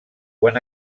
quan